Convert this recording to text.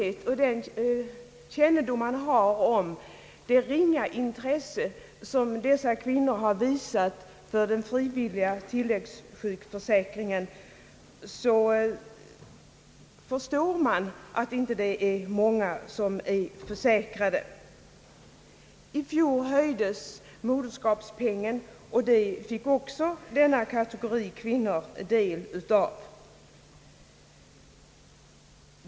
Men med den kännedom man har om det ringa intresse, som dessa kvinnor har visat för den frivilliga sjukförsäkringen, förstår man att det inte är många som har en sådan försäkring. I fjol höjdes moderskapspenningen, och även denna kategori av kvinnor fick del därav.